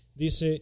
Dice